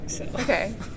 Okay